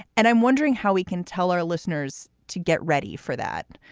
and i'm wondering how we can tell our listeners to get ready for that,